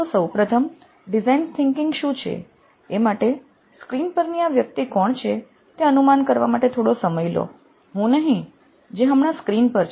તો સૌ પ્રથમ ડિઝાઈન થિંકિંગ શું છે એ માટે સ્ક્રીન પરની આ વ્યક્તિ કોણ છે તે અનુમાન કરવા માટે થોડો સમય લો હું નહિ જે હમણાં સ્ક્રીન પર છે